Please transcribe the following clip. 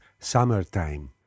Summertime